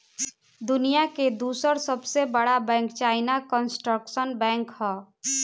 दुनिया के दूसर सबसे बड़का बैंक चाइना कंस्ट्रक्शन बैंक ह